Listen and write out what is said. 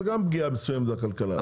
זו גם פגיעה מסוימת בכלכלה.